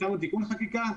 הצענו תיקון חקיקה.